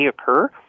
occur